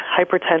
hypertension